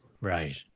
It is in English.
right